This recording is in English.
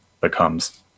becomes